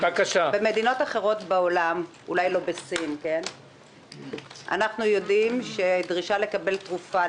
במדינות אחרות בעולם אולי לא בסין - אנו יודעים שדרישה לקבל תרופה,